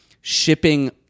shipping